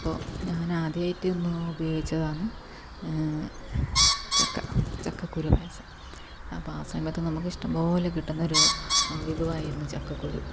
അപ്പോൾ ഞാൻ ആദ്യായിട്ട് ഒന്ന് ഉപയോഗിച്ചതാന്ന് ചക്ക ചക്കക്കുരു പായസം അപ്പം ആ സമയത്ത് നമുക്ക് ഇഷ്ടം പോലെ കിട്ടുന്ന ഒരു വിഭവമായിരുന്നു ചക്കക്കുരു